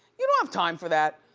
you don't have time for that.